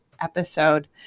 episode